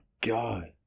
god